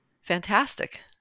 Fantastic